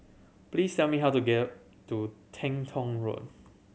please tell me how to get to Teng Tong Road